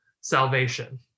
salvation